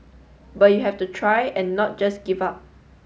but you have to try and not just give up